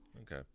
okay